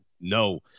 no